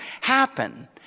happen